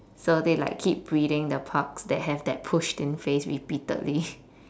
so they like keep breeding the pugs that have that pushed in face repeatedly